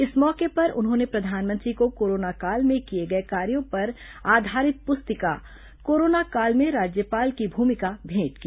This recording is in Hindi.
इस मौके पर उन्होंने प्रधानमंत्री को कोरोना काल में किए गए कार्यो पर आधारित पुस्तिका कोरोना काल में राज्यपाल की भूमिका भेंट की